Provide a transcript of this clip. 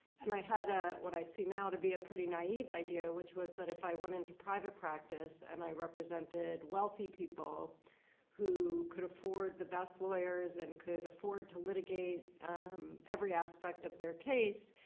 and i had ah what i see now to be a pretty naive idea. which was that if i went into private practice and i represented wealthy people who could afford the best lawyers and could afford to litigate um every aspect of their case,